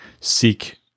seek